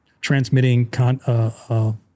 transmitting